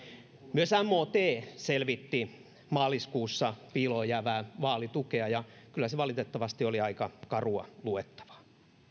myös mot selvitti maaliskuussa piiloon jäävää vaalitukea ja kyllä se valitettavasti oli aika karua luettavaa